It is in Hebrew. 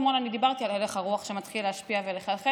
אתמול דיברתי על הלך הרוח שמתחיל להשפיע ולחלחל,